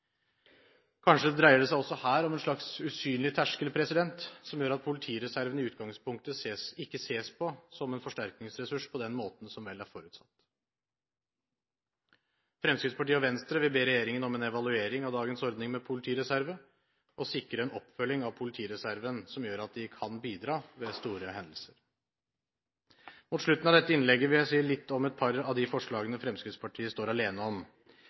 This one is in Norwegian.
Kanskje dreier det seg også her om en slags usynlig terskel som gjør at politireserven i utgangspunktet ikke ses på som en forsterkningsressurs på den måten som vel er forutsatt. Fremskrittspartiet og Venstre vil be regjeringen om en evaluering av dagens ordning med politireserve og sikre en oppfølging av politireserven som gjør at de kan bidra ved store hendelser. Mot slutten av dette innlegget vil jeg si litt om et par av de forslagene Fremskrittspartiet står alene om,